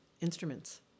instruments